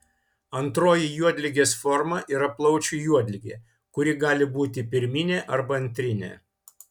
antroji juodligės forma yra plaučių juodligė kuri gali būti pirminė arba antrinė